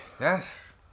Yes